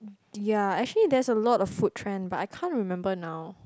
ya actually there's a lot of food trend but I can't remember now